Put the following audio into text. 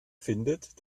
findet